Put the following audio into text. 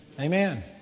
Amen